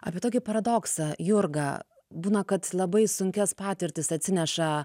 apie tokį paradoksą jurga būna kad labai sunkias patirtis atsineša